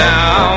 Now